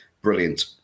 brilliant